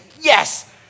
yes